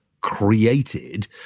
created